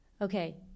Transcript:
Okay